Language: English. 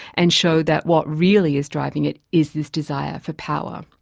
and show that what really is driving it is this desire for power.